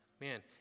Man